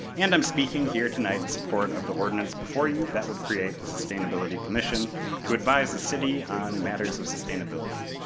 and i'm speaking here tonight in support of the ordinance before you that would create the sustainability commission to advise the city on matters of sustainability.